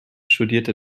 studierte